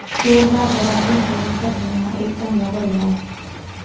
share बाजारात गुंतवणूक करणे हा एक चांगला पर्याय आहे